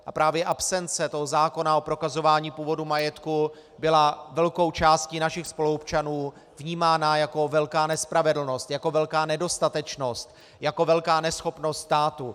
A právě absence zákona o prokazování původu majetku byla velkou částí našich spoluobčanů vnímána jako velká nespravedlnost, jako velká nedostatečnost, jako velká neschopnost státu.